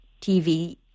TV